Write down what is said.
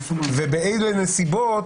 ובאילו נסיבות,